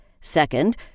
Second